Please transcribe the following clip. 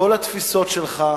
כל התפיסות שלך,